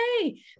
hey